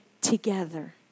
Together